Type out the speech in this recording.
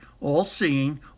all-seeing